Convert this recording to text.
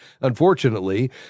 Unfortunately